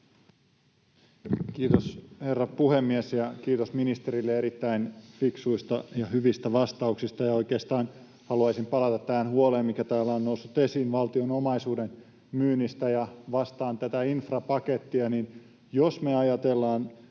Kiitos, herra puhemies! Ja kiitos ministerille erittäin fiksuista ja hyvistä vastauksista. Oikeastaan haluaisin palata tähän huoleen, mikä täällä on noussut esiin valtion omaisuuden myynnistä tätä infrapakettia vastaan. Jos me ajatellaan,